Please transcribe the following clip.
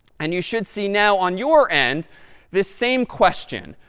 and you should see now on your end this same question.